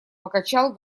покачал